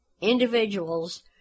Individuals